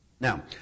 Now